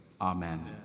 Amen